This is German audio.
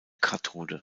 kathode